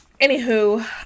anywho